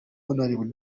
hon